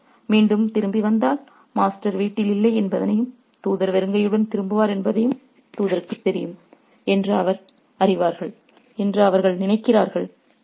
தூதர் மீண்டும் திரும்பி வந்தால் மாஸ்டர் வீட்டில் இல்லை என்பதையும் தூதர் வெறுங்கையுடன் திரும்புவார் என்பதும் தூதருக்குத் தெரியும் என்று அவர்கள் அறிவார்கள் என்று அவர்கள் நினைக்கிறார்கள்